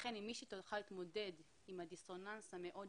לכן מי שתוכל להתמודד עם הדיסוננס המאוד